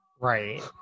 right